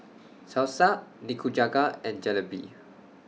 Salsa Nikujaga and Jalebi